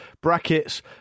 Brackets